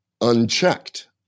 unchecked